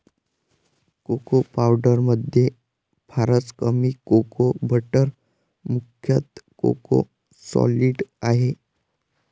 cocoa पावडरमध्ये फारच कमी कोको बटर मुख्यतः कोको सॉलिड आहे